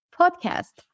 podcast